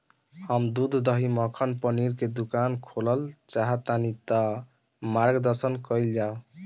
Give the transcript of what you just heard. हम दूध दही मक्खन पनीर के दुकान खोलल चाहतानी ता मार्गदर्शन कइल जाव?